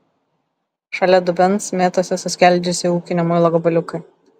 šalia dubens mėtosi suskeldėjusio ūkinio muilo gabaliukai